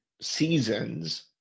seasons